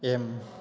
M